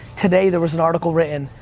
today there was an article written,